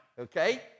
okay